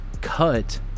cut